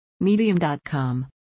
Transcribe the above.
Medium.com